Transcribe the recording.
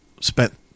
spent